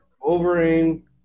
Wolverine